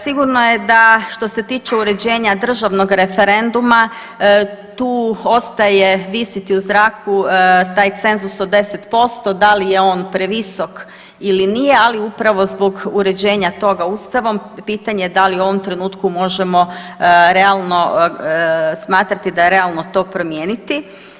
Sigurno je da što se tiče uređenja državnog referenduma tu ostaje visjeti u zraku taj cenzus od 10%, da li je on previsok ili nije, ali upravo zbog uređenja toga ustavom pitanje je da li u ovom trenutku možemo realno, smatrati da je realno to promijeniti.